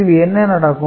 இதில் என்ன நடக்கும்